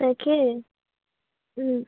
তাকে